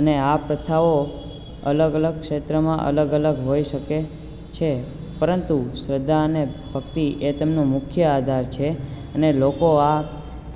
અને આ પ્રથાઓ અલગ અલગ ક્ષેત્રમાં અલગ અલગ હોય શકે છે પરંતુ શ્રદ્ધા અને ભક્તિ એ તેમનો મુખ્ય આધાર છે અને લોકો